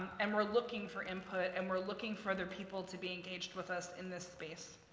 and we're looking for input and we're looking for other people to be engaged with us in this space.